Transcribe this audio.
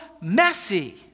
messy